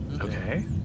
Okay